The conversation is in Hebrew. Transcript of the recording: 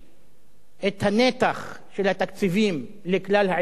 את הנתח של התקציבים לכלל העיתונות הערבית,